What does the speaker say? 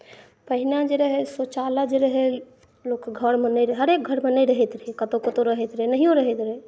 पहिने जे रहै से शौचालय जे रहै लोकके घरमे नहि रहै हरेक घरमे नहि रहैत रहै कतौ कतौ रहैत रहै नहियो रहैत रहै